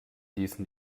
ließen